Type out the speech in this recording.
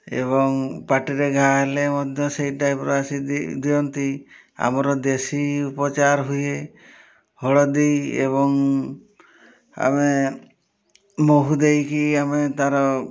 ଏବଂ ପାଟିରେ ଘା ହେଲେ ମଧ୍ୟ ସେଇ ଟାଇପ୍ର ଆସି ଦିଅନ୍ତି ଆମର ଦେଶୀ ଉପଚାର ହୁଏ ହଳଦୀ ଏବଂ ଆମେ ମହୁ ଦେଇକି ଆମେ ତାର